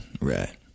right